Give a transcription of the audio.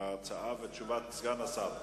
תשובת סגן השר.